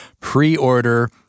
pre-order